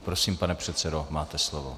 Prosím, pane předsedo, máte slovo.